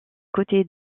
côtés